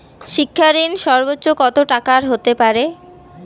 শিক্ষা ঋণ সর্বোচ্চ কত টাকার হতে পারে?